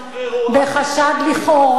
תפסיקי לשקר לציבור,